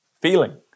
Feeling